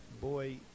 boy